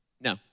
No